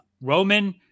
roman